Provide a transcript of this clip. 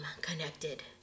connected